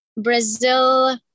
Brazil